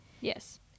Yes